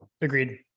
agreed